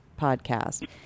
podcast